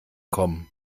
kommen